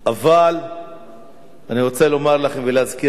אבל אני רוצה לומר לכם ולהזכיר לכם,